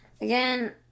again